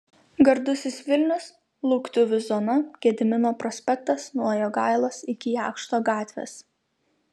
gardusis vilnius lauktuvių zona gedimino prospektas nuo jogailos iki jakšto gatvės